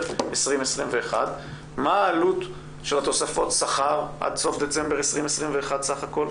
2021. מה עלות תוספות השכר עד סוף דצמבר 2021 בסך הכל?